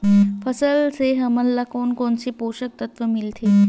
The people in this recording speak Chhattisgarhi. फसल से हमन ला कोन कोन से पोषक तत्व मिलथे?